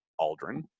Aldrin